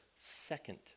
second